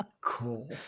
Cool